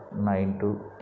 nine two